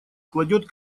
кладет